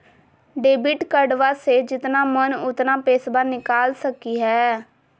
Debit कार्डबा से जितना मन उतना पेसबा निकाल सकी हय?